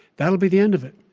that will be the end of it.